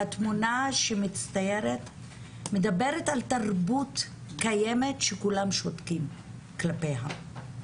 שהתמונה שמצטיירת מדברת על תרבות קיימת שכולם שותקים כלפיה.